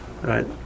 right